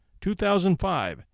2005